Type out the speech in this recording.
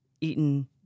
eaten